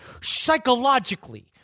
Psychologically